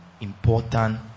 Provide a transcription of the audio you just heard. important